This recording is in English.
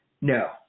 no